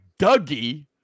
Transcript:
Dougie